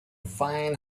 fine